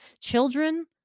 Children